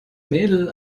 mädel